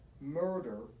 murder